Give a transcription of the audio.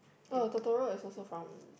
oh Totoro is also from